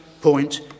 point